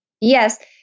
Yes